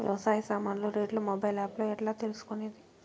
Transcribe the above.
వ్యవసాయ సామాన్లు రేట్లు మొబైల్ ఆప్ లో ఎట్లా తెలుసుకునేది?